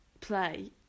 play